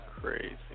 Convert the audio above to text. crazy